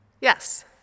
Yes